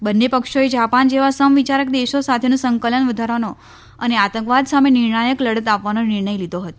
બંને પક્ષોએ જાપાન જેવા સમવિચારક દેશો સાથેનું સંકલન વધારવાનો અને આતંકવાદ સામે નિર્ણાયક લડત આપવાનો નિર્ણય લીધો હતો